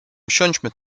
usiądźmy